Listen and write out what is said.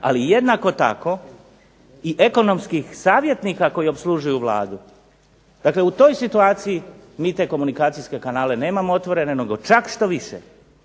ali jednako tako i ekonomskih savjetnika koji opslužuju Vladu, dakle u toj situaciju mi te komunikacijske kanale nemamo otvorene, nego čak štoviše